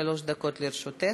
שלוש דקות לרשותך.